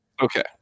Okay